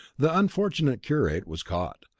the unfortunate curate was caught.